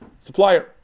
supplier